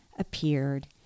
appeared